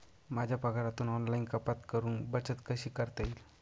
माझ्या पगारातून ऑनलाइन कपात करुन बचत कशी करता येईल?